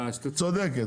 צודקת,